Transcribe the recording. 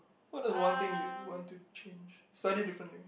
what is one thing you want to change slightly different thing